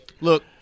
Look